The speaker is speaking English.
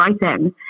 writing